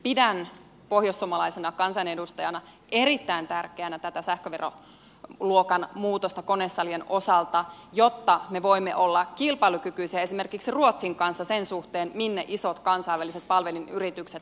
pidän pohjoissuomalaisena kansanedustajana erittäin tärkeänä tätä sähköveroluokan muutosta konesalien osalta jotta me voimme olla kilpailukykyisiä esimerkiksi ruotsin kanssa sen suhteen minne isot kansainväliset palvelinyritykset palvelinkeskuksiaan sijoittavat